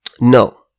No